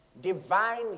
Divine